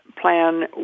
plan